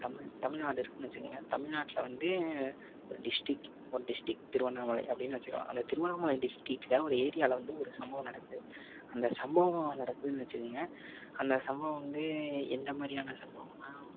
தமிழ் தமிழ்நாடு இருக்குதுனு வச்சிக்கொங்க தமிழ்நாட்டில வந்து ஒரு திஸ்ட்டிக் ஒரு டிஸ்ட்டிக் திருவண்ணாமலை அப்படினு வச்சுக்கலாம் அந்த திருவண்ணாமலை டிஸ்ட்டிக்ல ஒரு ஏரியாவில வந்து ஒரு சம்பவம் நடக்குது அந்த சம்பவம் நடக்குதுனு வச்சிக்கொங்க அந்த சம்பவம் வந்து எந்தமாதிரியான சம்பவம்னால்